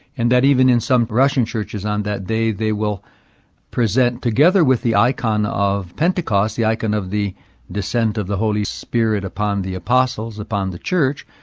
and that even in some russian churches on that day they will present, together with the icon of pentecost, the icon of the descent of the holy spirit upon the apostles, upon the church,